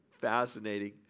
fascinating